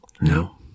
No